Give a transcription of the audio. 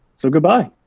so goodbye.